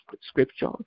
scripture